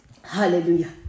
Hallelujah